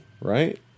Right